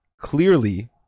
clearly